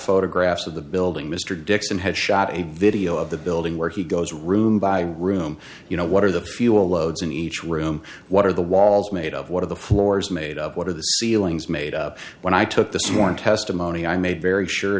photographs of the building mr dixon has shot a video of the building where he goes room by room you know what are the fuel loads in each room what are the walls made of what are the floors made of what are the ceilings made up when i took the sworn testimony i made very s